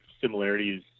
similarities